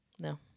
No